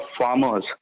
farmers